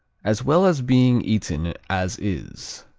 as well as being eaten as is.